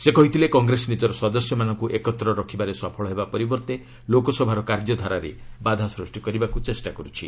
ସେ କହିଥିଲେ କଂଗ୍ରେସ ନିଜର ସଦସ୍ୟମାନଙ୍କୁ ଏକତ୍ର ରଖିବାରେ ସଫଳ ହେବା ପରିବର୍ତ୍ତେ ଲୋକସଭାର କାର୍ଯ୍ୟ ଧାରାରେ ବାଧା ସୃଷ୍ଟି କରିବାକୁ ଚେଷ୍ଟା କରୁଛି